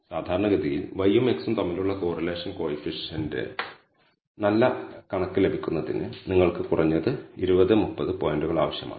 സാധാരണഗതിയിൽ y യും x ഉം തമ്മിലുള്ള കോറിലേഷൻ കോയിഫിഷ്യൻറെ നല്ല കണക്ക് ലഭിക്കുന്നതിന് നിങ്ങൾക്ക് കുറഞ്ഞത് 20 30 പോയിന്റുകൾ ആവശ്യമാണ്